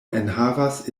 enhavas